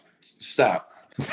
stop